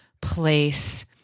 place